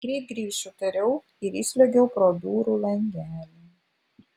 greit grįšiu tariau ir įsliuogiau pro durų langelį